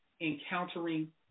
encountering